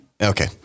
okay